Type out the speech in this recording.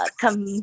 come